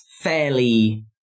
fairly